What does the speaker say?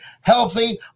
healthy